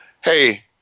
hey